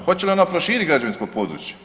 Hoće li ona proširit građevinsko područje?